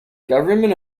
government